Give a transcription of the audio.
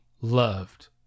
loved